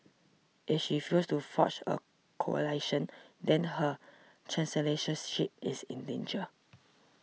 if she fails to forge a coalition then her chancellors ship is in danger